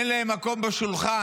אין להם מקום בשולחן.